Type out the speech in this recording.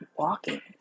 walking